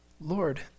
Lord